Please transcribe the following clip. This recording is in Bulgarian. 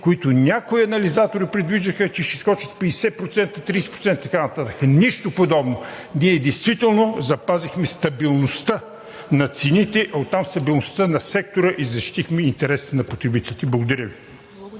които някои анализатори предвиждаха, че ще скочат 50%, 30% и така нататък. Нищо подобно! Ние действително запазихме стабилността на цените, оттам стабилността на сектора и защитихме интереса на потребителите. Благодаря Ви.